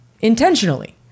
Intentionally